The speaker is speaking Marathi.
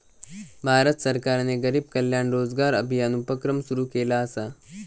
भारत सरकारने गरीब कल्याण रोजगार अभियान उपक्रम सुरू केला असा